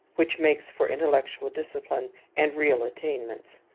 which makes for intellectual discipline and real attainments.